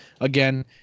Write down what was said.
again